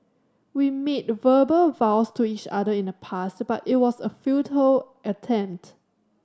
we made verbal vows to each other in the past but it was a futile attempt